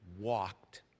walked